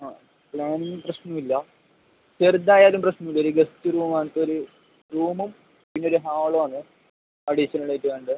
ആ പ്ലാന് പ്രശ്നം ഇല്ല ചെറുതായാലും പ്രശ്നം ഇല്ല ഒരു ഗസ്റ്റ് റൂം എനിക്കൊരു റൂമും പിന്നൊരു ഹാളും ആണ് അഡീഷണലായിട്ട് വേണ്ടത്